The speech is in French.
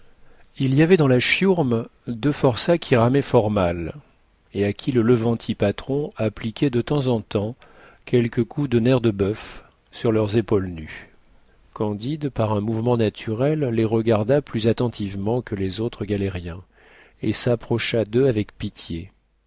il y avait dans la chiourme deux forçats qui ramaient fort mal et à qui le levanti patron appliquait de temps en temps quelques coups de nerf de boeuf sur leurs épaules nues candide par un mouvement naturel les regarda plus attentivement que les autres galériens et s'approcha d'eux avec pitié